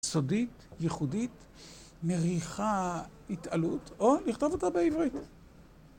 סודית, ייחודית, מריחה התעלות, או לכתוב אותה בעברית.